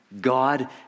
God